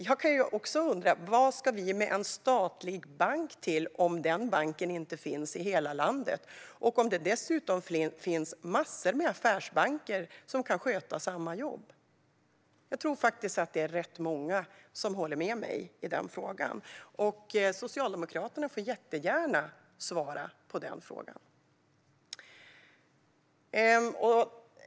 Jag undrar vad vi ska med en statlig bank till om den inte finns i hela landet och om det dessutom finns massor av affärsbanker som kan sköta samma jobb. Jag tror faktiskt att det är rätt många som håller med mig, och Socialdemokraterna får jättegärna svara på den frågan.